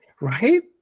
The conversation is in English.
Right